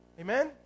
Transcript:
Amen